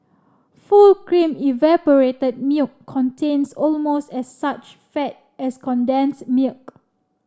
full cream evaporated milk contains almost as such fat as condensed milk